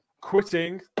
quitting